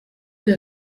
der